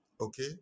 Okay